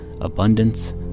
abundance